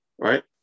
right